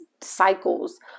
cycles